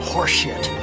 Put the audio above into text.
Horseshit